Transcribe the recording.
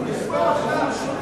לא תהיה הצבעה עכשיו.